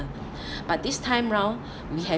but this time round we have